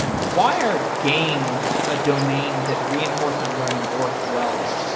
why are games a domain that reinforcement learning works well in?